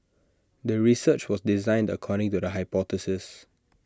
the research was designed according to the hypothesis